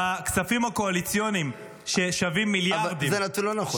בכספים הקואליציוניים ששווים מיליארדים --- אבל הנתון הזה לא נכון.